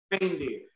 reindeer